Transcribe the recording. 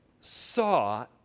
saw